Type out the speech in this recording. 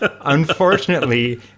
Unfortunately